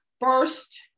first